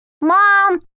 Mom